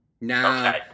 Now